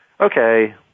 Okay